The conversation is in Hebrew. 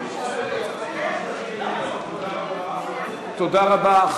תודה רבה.